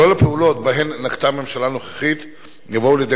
הפעולות שנקטה הממשלה הנוכחית יבואו לידי